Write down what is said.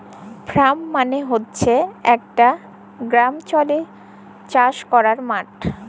farm মালে হছে ইকট গেরামাল্চলে চাষ ক্যরার মাঠ